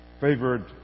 favored